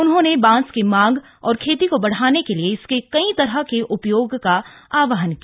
उन्होंने बांस की मांग और खेती को बढ़ाने के लिए इसके कई तरह से उपयोग का आहवान किया